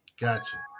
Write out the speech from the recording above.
Gotcha